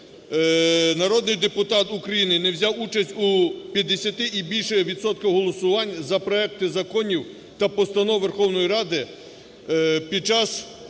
народний депутат України не взяв участь у п'ятдесяти і більше відсотках голосувань за проекти законів та постанов Верховної Ради під час